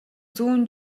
зүүн